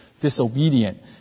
disobedient